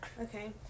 Okay